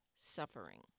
suffering